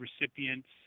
recipients